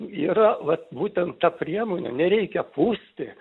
yra vat būtent ta priemonė nereikia pūsti